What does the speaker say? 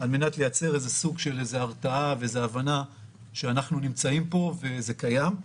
על מנת לייצר סוג של הרתעה והבנה שאנחנו נמצאים פה וזה קיים,